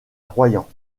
royan